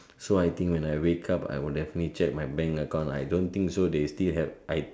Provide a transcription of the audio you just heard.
so I think when I wake up I will definitely check my bank account I don't think so they still have I